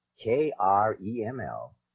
K-R-E-M-L